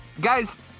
Guys